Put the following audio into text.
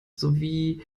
sowie